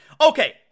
Okay